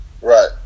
Right